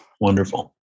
Wonderful